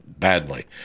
Badly